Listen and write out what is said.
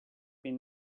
been